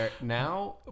now